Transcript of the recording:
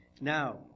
Now